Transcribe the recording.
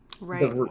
Right